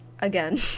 Again